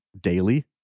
daily